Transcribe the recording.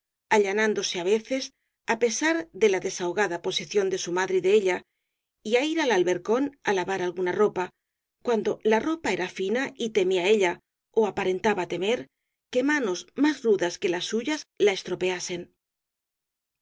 allanándose á veces á pesar de la desahogada po sición de su madre y de ella á ir al albercón á la var alguna ropa cuando la ropa era fina y temía ella ó aparentaba temer que manos más rudas que las suyas la estropeasen